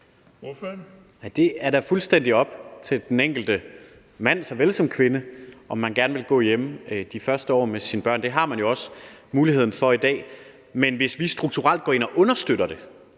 det er da fuldstændig op til den enkelte mand såvel som kvinde, om man gerne vil gå hjemme de første år med sine børn. Det har man jo også muligheden for i dag. Men hvis vi strukturelt går ind og understøtter det,